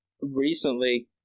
Recently